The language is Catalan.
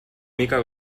mica